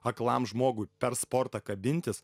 aklam žmogui per sportą kabintis